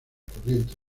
corrientes